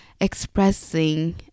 expressing